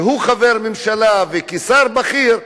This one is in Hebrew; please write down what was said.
והוא חבר ממשלה ושר בכיר,